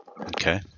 Okay